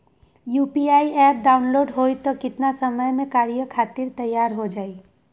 UPI app download होई त कितना समय मे कार्य करे खातीर तैयार हो जाई?